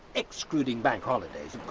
excluding bank holidays,